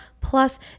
plus